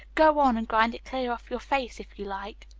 go on and grind it clear off your face, if you like.